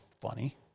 funny